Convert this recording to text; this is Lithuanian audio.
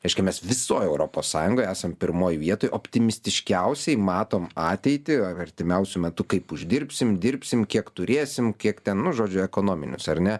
reiškia mes visoj europos sąjungoje esam pirmoj vietoj optimistiškiausiai matom ateitį ar artimiausiu metu kaip uždirbsim dirbsim kiek turėsim kiek tennu žodžiu ekonominius ar ne